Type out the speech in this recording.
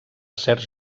certs